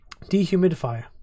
dehumidifier